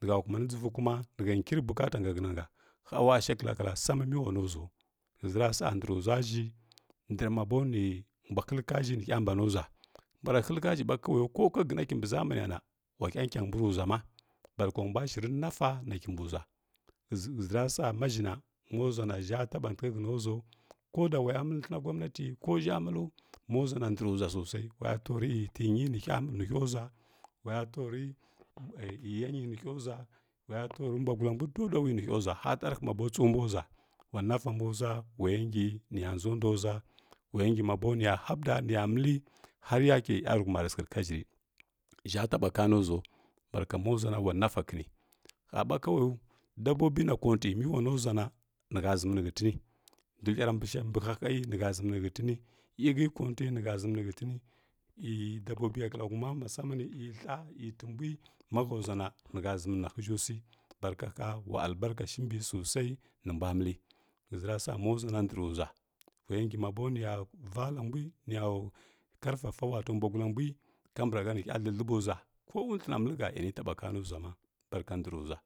Nə ha huma ni dʒəvoi kulka nə ha dki ry bukata ha nga həna nagha hawa shi ra kalla ha sam mə wa no ʒwao həʒara so ndəri ʒwa ʒhi ntər malo nə mbwa həlləka ʒhi nə hya mbani ʒwa mbwa ra həlləka ʒhi ɓo mo ko ka gəna kimbi ʒamaniya na wa hya nkianyi mbus rə ʒwa ma barka wa mbwa shiri nafa na kimbima həʒəra sa ma ʒhi na ʒha taba thəghə həno ʒwao ko da wa ya məllə thləna gu amənti ko ʒha məlləv məlla thləva gwamnati ko ʒha məlləv mpo ʒwa ndari bwa sosai wa taw ri ig təny r nə hiu ʒwa wa ya taw ri n yony nə hiu ʒwa iy mbwa gulla mbwi doda wi nə hiu ʒwa har tərahə ma bo tsəv mbw ʒwa wa nɗa mbw ʒwa wa yəngi nə ya dʒa ndo ʒwa wa yə ngi mabo nə ya məlli har yakə yarəghuma rə sə səghə ka ʒhi ri ʒha taɓa kanə ʒwao barka mo ʒwa na wa na fa kinyi ho ɓa kawayo dabobi na konty mə wa nəu ʒwa na nə ha ʒəmi nə hətəni, thoihiara mbə hahəgha nə ha ʒəni nə hətəni iyi hə kunty nə ha ʒəmi nə hətəni dabobə ya kəlla hum musani iya thla iyə təmbwi mahə bwa na na ha ʒəni ni na hyʒhi swi barka ha wa albarka shi mbə sosai nə mbwa mani həʒəra sa ma ʒwa na ndrəi ʒwa wa ya ngi ma bo niya valla mbwi niya karfa mbwa gulla mbwi nə hya thləthlə ɓi bwa ko thləna məllə ha a ni taba konə ʒwa ma barka ndərə ʒwa